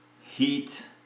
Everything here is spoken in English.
heat